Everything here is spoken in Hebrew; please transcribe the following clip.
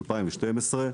ב-2012,